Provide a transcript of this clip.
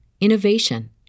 innovation